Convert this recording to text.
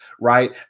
right